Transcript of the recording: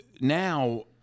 now